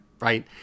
Right